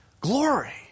glory